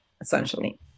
essentially